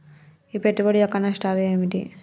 ఈ పెట్టుబడి యొక్క నష్టాలు ఏమిటి?